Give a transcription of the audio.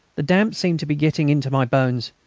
the damp seemed to be getting into my bones,